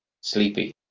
sleepy